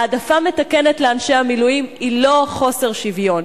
העדפה מתקנת לאנשי המילואים היא לא חוסר שוויון,